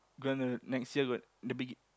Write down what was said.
gonna next year got the begi~